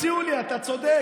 הציעו לי, אתה צודק.